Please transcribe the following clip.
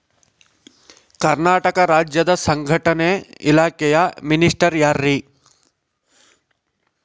ಕರ್ನಾಟಕ ರಾಜ್ಯದ ಸಂಘಟನೆ ಇಲಾಖೆಯ ಮಿನಿಸ್ಟರ್ ಯಾರ್ರಿ?